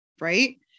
right